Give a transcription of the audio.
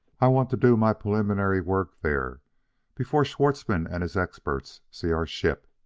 i want to do my preliminary work there before schwartzmann and his experts see our ship.